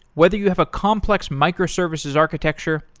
whether you have a complex microservices architecture,